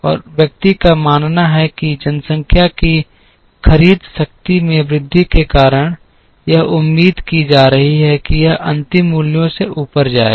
और व्यक्ति का मानना है कि जनसंख्या की खरीद शक्ति में वृद्धि के कारण यह उम्मीद की जा रही है कि यह अंतिम मूल्यों से ऊपर जाएगा